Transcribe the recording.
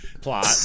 plot